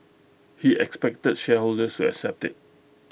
he expected shareholders to accept IT